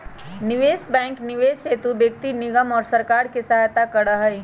निवेश बैंक निवेश हेतु व्यक्ति निगम और सरकार के सहायता करा हई